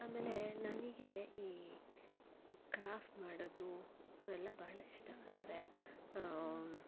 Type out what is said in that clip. ಆಮೇಲೆ ನನಗೆ ಈ ಕ್ರಾಫ್ಟ್ ಮಾಡೋದು ಅವೆಲ್ಲ ಭಾಳ ಇಷ್ಟ ಅಂದರೆ